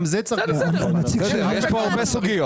גם זה צריך --- חבר'ה, יש פה הרבה סוגיות.